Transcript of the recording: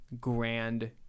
grand